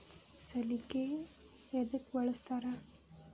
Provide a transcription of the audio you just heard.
ಸಲಿಕೆ ಯದಕ್ ಬಳಸ್ತಾರ?